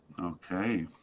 Okay